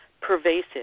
pervasive